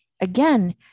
again